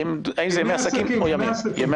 האם זה ימי עסקים כמו ימים?